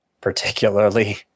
particularly